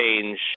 change